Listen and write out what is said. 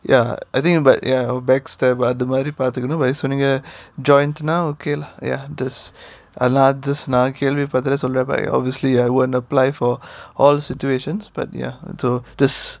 ya I think but ya or backstab அது மாதிரி பார்த்துக்கணும்:athu maathiri paarthukkanum joint னா:naa okay lah ya just அதுனால கேள்விபட்டதெல்லாம் சொல்லகூடாது:athunaala kelvipattathellaam sollakoodaathu like obviously I won't apply for all situations but ya so this